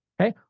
Okay